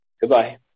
Goodbye